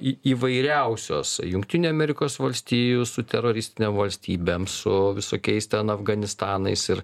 į įvairiausios jungtinių amerikos valstijų su teroristine valstybėm su visokiais ten afganistanais ir